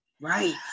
Right